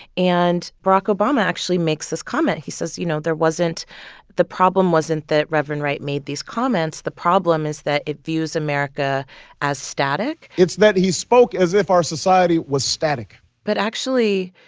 and barack obama actually makes this comment. he says, you know, there wasn't the problem wasn't that reverend wright made these comments. the problem is that it views america as static it's that he spoke as if our society was static but actually,